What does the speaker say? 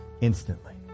instantly